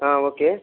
okay